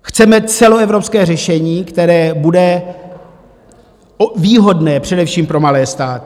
Chceme celoevropské řešení, které bude výhodné především pro malé státy.